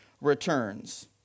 returns